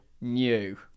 New